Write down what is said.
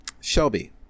shelby